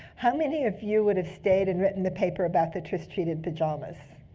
how many of you would have stayed and written the paper about the tris-treated pajamas?